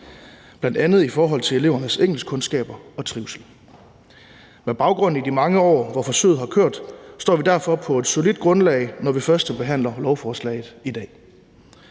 bl.a. i forhold til elevernes engelskkundskaber og trivsel. Med baggrund i de mange år, hvor forsøget har kørt, står vi derfor på et solidt grundlag, når vi førstebehandler lovforslaget i dag.